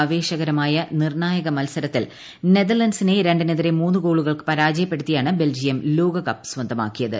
ആവേശകരമായ നിർണായക മത്സരത്തിൽ നെതർലന്റ്സിനെ രണ്ടിനെതിരെ മൂന്ന് ഗോളുകൾക്ക് പരാജയപ്പെടുത്തിയാണ് ബെൽജിയം ലോകകപ്പ് സ്വന്തമാക്കിയത്